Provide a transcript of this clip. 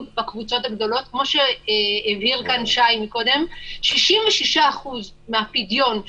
הכלל לדעתנו הוא שצריך לסיים את הפיילוט